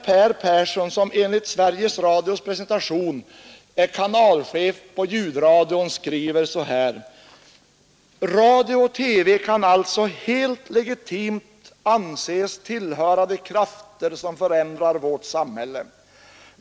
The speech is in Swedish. Per Persson, som enligt Sveriges Radios presentation är kanalchef på ljudradion, skriver: ”Radio och TV kan alltså helt legitimt anses höra till de krafter som förändrar vårt samhälle.